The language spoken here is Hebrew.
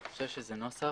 אני חושב שזה נוסח.